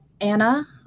Anna